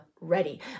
ready